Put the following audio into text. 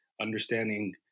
understanding